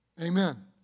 Amen